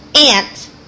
ant